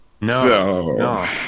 No